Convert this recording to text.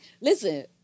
listen